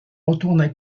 retournent